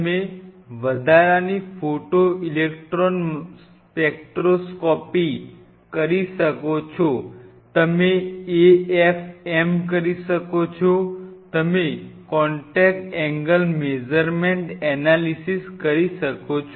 તમે વધારાની photoelectron spectroscopy કરી શકો છો તમે AMF કરી શકો છો તમે કોન્ટેક એંગલ મેઝર્મેન્ટ એનાલિસિસ કરી શકો છો